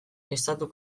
estatu